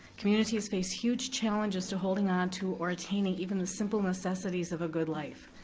communities face huge challenges to holding onto or attaining even the simple necessities of a good life.